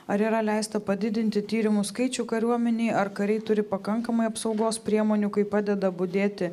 ar yra leista padidinti tyrimų skaičių kariuomenėj ar kariai turi pakankamai apsaugos priemonių kai padeda budėti